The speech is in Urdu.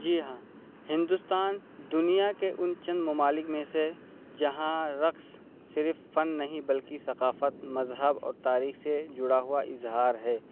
جی ہاں ہندوستان دنیا کے ان چند ممالک میں سے ہے جہاں رقص صرف فن نہیں بلکہ ثقافت مذہب اور تاریخ سے جڑا ہوا اظہار ہے